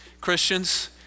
Christians